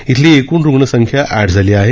इथली एकृण रुग्ण संख्या आठ झाली आहे